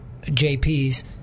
jp's